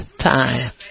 time